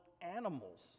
animals